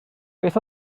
beth